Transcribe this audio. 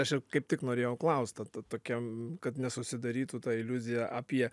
aš ir kaip tik norėjau klaust ta ta tokiam kad nesusidarytų ta iliuzija apie